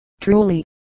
Truly